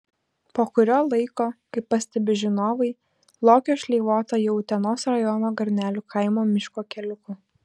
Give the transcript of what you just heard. po kurio laiko kaip pastebi žinovai lokio šleivota jau utenos rajono garnelių kaimo miško keliuku